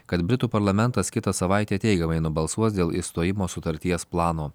kad britų parlamentas kitą savaitę teigiamai nubalsuos dėl išstojimo sutarties plano